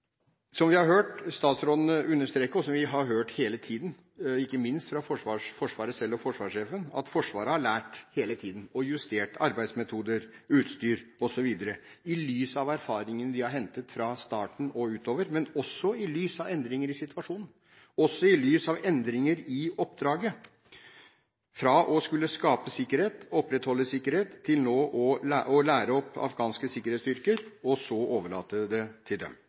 Som vi har hørt statsråden understreke, og som vi har hørt hele tiden, ikke minst fra Forsvaret selv og fra forsvarssjefen: Forsvaret har lært hele tiden, og de har justert arbeidsmetoder, utstyr osv. i lys av erfaringen de har hentet fra starten og utover, men også i lys av endringer i situasjonen, også i lys av endringer i oppdraget – fra å skulle skape sikkerhet og opprettholde sikkerhet til nå å lære opp afghanske sikkerhetsstyrker og så overlate det til dem.